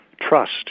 trust